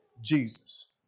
Jesus